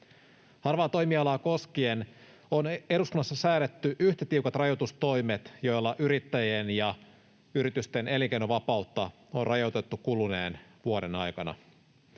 Harvaa toimialaa koskien on eduskunnassa säädetty yhtä tiukat rajoitustoimet, joilla yrittäjien ja yritysten elinkeinovapautta on rajoitettu kuluneen vuoden aikana.